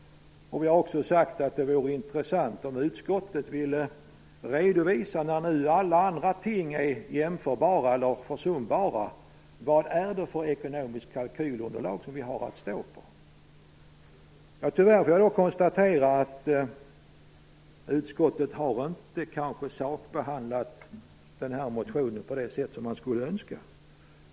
Vi har också sagt att det vore intressant om utskottet ville redovisa - när nu alla andra ting är jämförbara eller försumbara - vad det är för ekonomiskt kalkylunderlag man har att stå på. Tyvärr måste jag konstatera att utskottet inte har sakbehandlat motionen på det sätt man skulle önska.